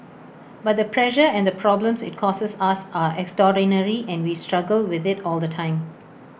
but the pressure and problems IT causes us are extraordinary and we struggle with IT all the time